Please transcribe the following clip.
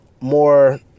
more